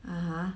(uh huh)